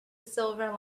silver